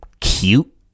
Cute